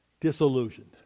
disillusioned